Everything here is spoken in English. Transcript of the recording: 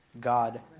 God